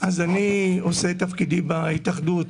אני חוזר ואומר,